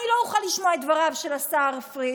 אני לא אוכל לשמוע את דבריו של השר פריג',